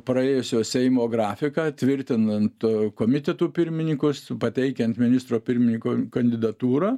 praėjusio seimo grafiką tvirtinant komitetų pirmininkus pateikiant ministro pirmininko kandidatūrą